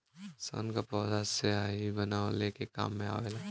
सन क पौधा स्याही बनवले के काम मे आवेला